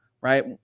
right